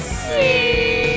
see